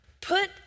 put